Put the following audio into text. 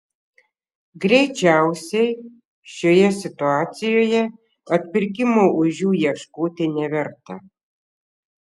greičiausiai šioje situacijoje atpirkimo ožių ieškoti neverta